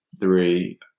three